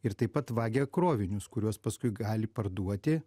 ir taip pat vagia krovinius kuriuos paskui gali parduoti